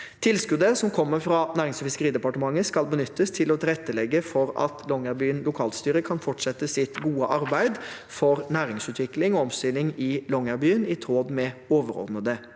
Tilskuddet fra Nærings- og fiskeridepartementet skal benyttes til å tilrettelegge for at Longyearbyen lokalstyre kan fortsette sitt gode arbeid for næringsutvikling og omstilling i Longyearbyen i tråd med overordnede målsettinger.